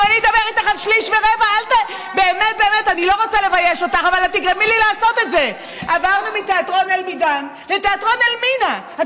מה זה תיאטרון אלמינא?